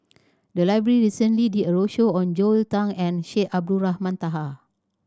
the library recently did a roadshow on Joel Tan and Syed Abdulrahman Taha